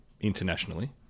internationally